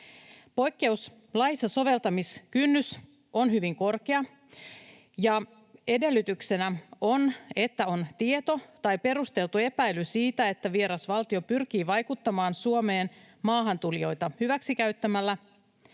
Poikkeuslaissa soveltamiskynnys on hyvin korkea ja edellytyksenä on, että on tieto tai perusteltu epäily siitä, että vieras valtio pyrkii vaikuttamaan Suomeen maahantulijoita hyväksikäyttämällä,